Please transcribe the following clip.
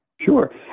Sure